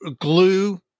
glue